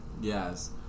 yes